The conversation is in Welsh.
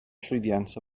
llwyddiant